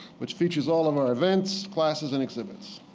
which features all of our events, classes, and exhibits.